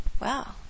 wow